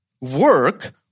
Work